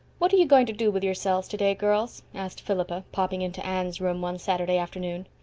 what are you going to do with yourselves today, girls? asked philippa, popping into anne's room one saturday afternoon.